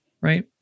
right